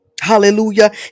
Hallelujah